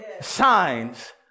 signs